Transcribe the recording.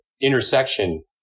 intersection